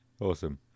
awesome